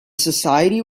society